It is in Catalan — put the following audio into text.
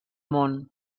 món